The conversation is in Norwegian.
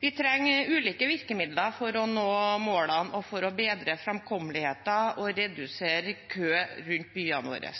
Vi trenger ulike virkemidler for å nå målene og for å bedre framkommeligheten og redusere kø rundt byene våre.